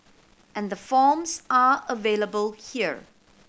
and the forms are available here